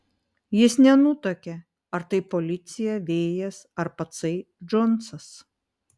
jis nenutuokė ar tai policija vėjas ar patsai džonsas